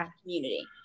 community